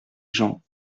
gens